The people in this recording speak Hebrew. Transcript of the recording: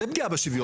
זו פגיעה בשוויון.